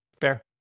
fair